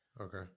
Okay